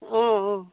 অঁ অঁ